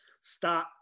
start